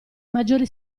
maggiore